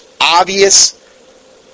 obvious